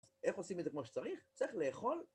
איך עושים את זה כמו שצריך? צריך לאכול